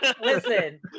listen